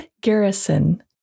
Garrison